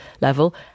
level